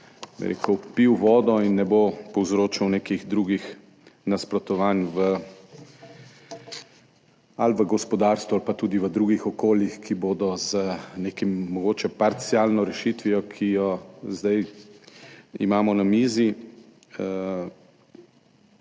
bi rekel, pil vodo in ne bo povzročil nekih drugih nasprotovanj ali v gospodarstvu ali v drugih okoljih, ki bodo z neko mogoče parcialno rešitvijo, ki jo imamo zdaj na mizi,